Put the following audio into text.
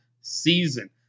season